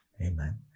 Amen